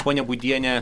ponia būdiene